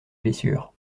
blessures